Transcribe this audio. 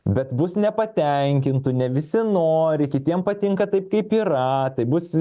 bet bus nepatenkintų ne visi nori kitiem patinka taip kaip yra tai bus